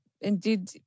indeed